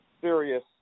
serious